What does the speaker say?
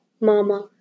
Mama